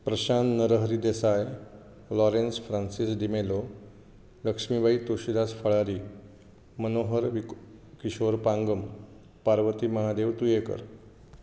प्रशांत नरहरी देसाय लॉरेंस फ्रांसीस डिमेलो लक्ष्मीबाई तुळशिदास फळारी मनोहर इक किशोर पांगम पारवती महातेव तुयेंकर